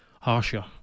harsher